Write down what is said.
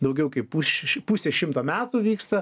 daugiau kaip pusš pusę šimto metų vyksta